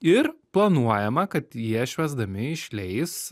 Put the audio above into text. ir planuojama kad jie švęsdami išleis